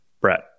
Brett